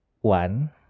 one